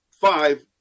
five